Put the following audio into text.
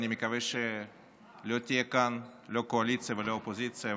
אני מקווה שלא יהיו כאן לא קואליציה ולא אופוזיציה,